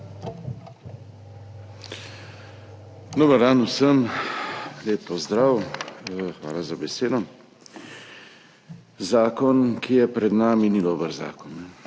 Dober dan, vsem lep pozdrav! Hvala za besedo. Zakon, ki je pred nami, ni dober zakon.